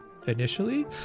initially